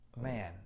Man